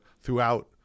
throughout